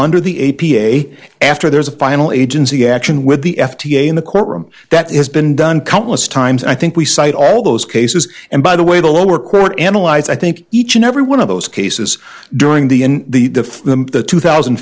under the a p a after there's a final agency action with the f d a in the courtroom that has been done countless times i think we cite all those cases and by the way the lower court analyzed i think each and every one of those cases during the in the diff the two thousand